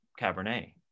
Cabernet